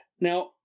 Now